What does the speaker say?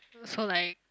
so like